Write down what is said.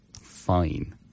Fine